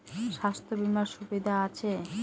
স্বাস্থ্য বিমার সুবিধা আছে?